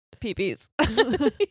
peepees